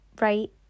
right